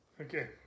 Okay